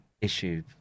issue